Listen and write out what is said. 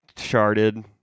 charted